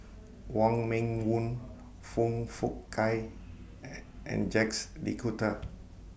Wong Meng Voon Foong Fook Kay and and Jacques De Coutre